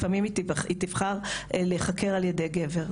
לפעמים היא תבחר להיחקר על ידי גבר,